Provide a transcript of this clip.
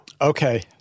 Okay